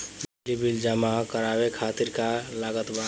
बिजली बिल जमा करावे खातिर का का लागत बा?